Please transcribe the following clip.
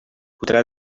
podrà